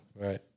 Right